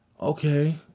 okay